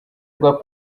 rwa